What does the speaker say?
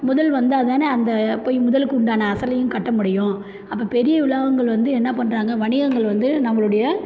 முதல் வந்தால் தானே அந்த போய் முதலுக்கு உண்டான அசலையும் கட்ட முடியும் அப்போது பெரிய வளாகங்கள் வந்து என்ன பண்ணுறாங்க வணிகங்கள் வந்து நம்மளுடைய